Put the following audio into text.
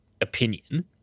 opinion